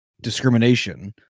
discrimination